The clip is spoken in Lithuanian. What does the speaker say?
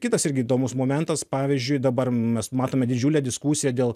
kitas irgi įdomus momentas pavyzdžiui dabar mes matome didžiulę diskusiją dėl